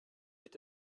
est